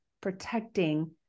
protecting